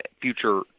future